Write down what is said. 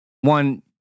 one